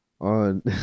on